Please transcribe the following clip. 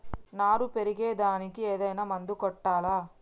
నారు పెరిగే దానికి ఏదైనా మందు కొట్టాలా?